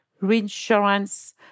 reinsurance